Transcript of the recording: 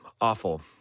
awful